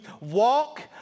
walk